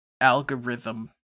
algorithm